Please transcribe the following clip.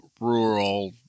rural